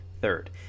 Third